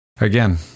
Again